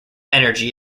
energy